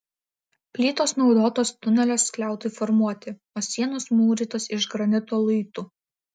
plytos naudotos tunelio skliautui formuoti o sienos mūrytos iš granito luitų